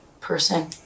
person